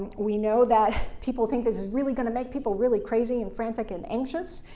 we know that people think this is really going to make people really crazy and frantic and anxious.